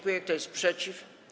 Kto jest przeciw?